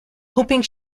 hoping